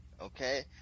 Okay